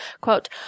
quote